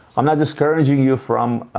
i'm not discouraging you from,